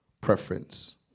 preference